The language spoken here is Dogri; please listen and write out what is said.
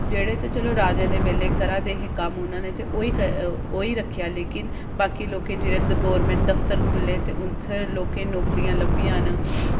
जेह्ड़े ते चलो राजे दे बेल्लै करा दे हे कम्म उ'नें ने ते ओह् ई ओह् ई रक्खेआ लेकिन बाकी लोकें जेह्ड़े गौरमैंट दफ्तर खु'ल्ले ते उत्थें लोकें नौकरियां लब्भियां न